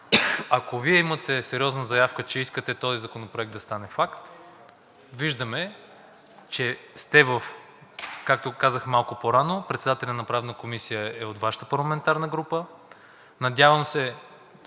Ако Вие имате сериозна заявка, че искате този законопроект да стане факт, виждаме, че, както казах малко по-рано, председателят на Правната комисия е от Вашата парламентарна група. Надявам се,